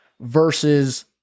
versus –